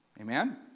Amen